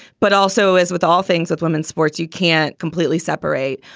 but also, as with all things at women's sports, you can't completely separate.